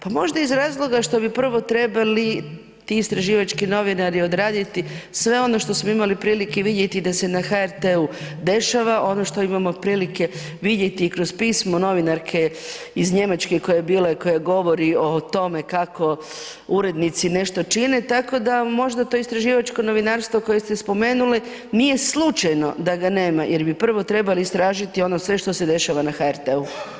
Pa možda iz razloga što bi prvo trebali ti istraživački novinari odraditi sve ono što smo imali prilike vidjeti da se na HRT-u dešava, ono što imamo prilike vidjeti kroz pismo novinarke iz Njemačke koja je bila i koja govori o tome kako urednici nešto čine, tako da možda to istraživačko novinarstvo koje ste spomenuli, nije slučajno da ga nema jer bi prvo trebali istražiti ono sve što se dešava na HRT-u.